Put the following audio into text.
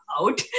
out